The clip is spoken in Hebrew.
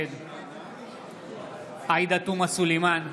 נגד עאידה תומא סלימאן,